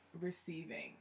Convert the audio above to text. receiving